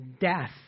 death